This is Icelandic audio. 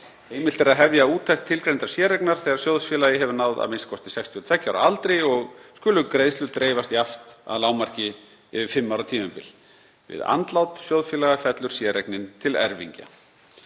Heimilt er að hefja úttekt tilgreindrar séreignar þegar sjóðfélagi hefur náð a.m.k. 62 ára aldri og skulu greiðslur dreifast jafnt að lágmarki yfir fimm ára tímabil. Við andlát sjóðfélaga fellur séreignin til erfingja.